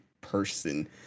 person